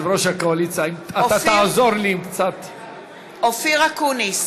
שיש כלפיו חששות או חשדות ויותר כנראה,